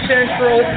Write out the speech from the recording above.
Central